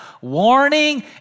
warning